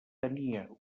tenia